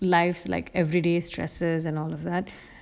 life's like everyday stresses and all of that